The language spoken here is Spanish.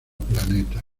planetas